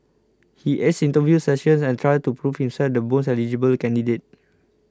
he aced interview sessions and trials to prove himself the most eligible candidate